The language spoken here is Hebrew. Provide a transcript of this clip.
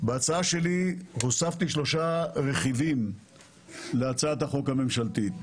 הוספתי שלושה רכיבים להצעת החוק הממשלתית.